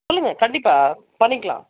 சொல்லுங்கள் கண்டிப்பாக பண்ணிக்கலாம்